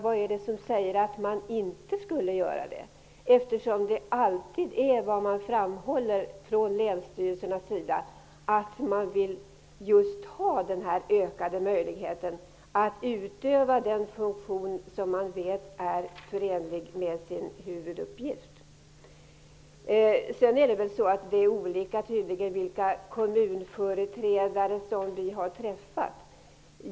Vad är det som säger att så inte skulle bli fallet, eftersom länsstyrelserna alltid framhåller att de vill ha just denna ökade möjlighet att utöva den funktion som man vet är tillsynsmyndighetens huvuduppgift? Det kanske beror på vilka kommunföreträdare som vi har träffat.